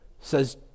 says